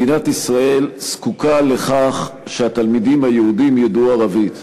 מדינת ישראל זקוקה לכך שהתלמידים היהודים ידעו ערבית,